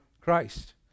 Christ